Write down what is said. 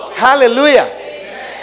Hallelujah